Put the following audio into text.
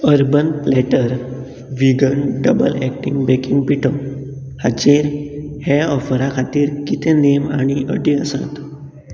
urban platter vegan double acting baking पिठो हाचेर हे ऑफरा खातीर कितें नेम आनी अटी आसात